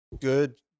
Good